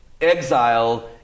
exile